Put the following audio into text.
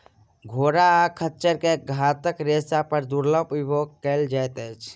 घोड़ा आ खच्चर के आंतक रेशा के दुर्लभ उपयोग कयल जाइत अछि